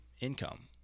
income